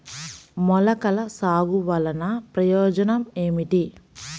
మొలకల సాగు వలన ప్రయోజనం ఏమిటీ?